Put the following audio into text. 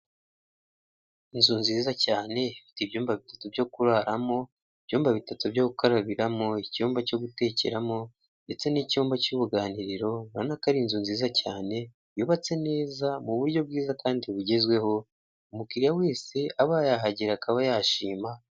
Inzu nziza cyane ifite ibyumba bitatu byo kuraramo, ibyumba bitatu byo gukarabiramo, icyumba cyo gutekeramo ndetse n'icyumba cy'uruganiriro, urabona ko ari inzu nziza cyane yubatse neza mu buryo bwiza kandi bugezweho, umukiliya wese aba yahagera akaba yashima.